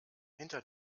hinter